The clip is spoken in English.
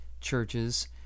churches